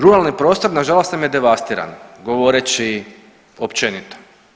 Ruralni prostor nažalost nam je devestiran govoreći općenito.